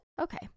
Okay